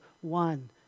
one